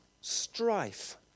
strife